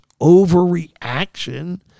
overreaction